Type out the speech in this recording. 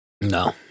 No